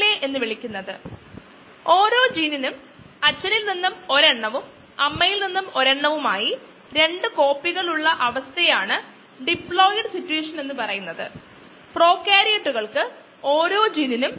late log ഫേസിനു ഇടയിൽ ചില ഫേസസ് ഉണ്ട് ഏർലി ലോഗ് ഫേസ് അല്ലെങ്കിൽ ഏർലി സ്റ്റേഷണറി ഫേസ് എന്നിവയ്ക്കിടയിൽ ചില ഫേസസ് ഉണ്ട്